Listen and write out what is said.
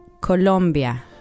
Colombia